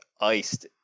iced